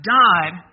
died